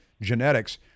genetics